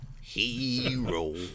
hero